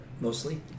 mostly